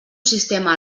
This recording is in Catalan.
sistema